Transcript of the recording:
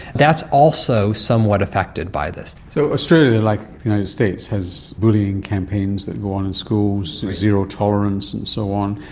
that's also somewhat affected by this. so australia, like the united states, has bullying campaigns that go on in schools, zero tolerance and so on,